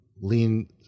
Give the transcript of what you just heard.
lean